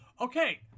okay